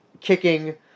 kicking